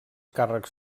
càrrecs